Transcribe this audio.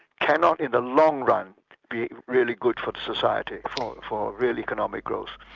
cannot in the long run be really good for the society for real economic growth.